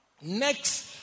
Next